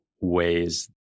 ways